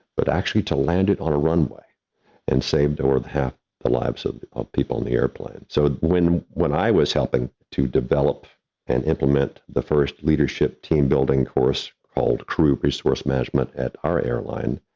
but actually to land it on a runway and saved or half the lives of ah people in the airplane. so, when, when i was helping to develop and implement the first leadership team building course called crew resource management at our airline,